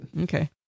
Okay